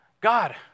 God